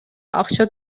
акча